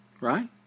Right